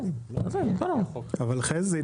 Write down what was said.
אבל חזי,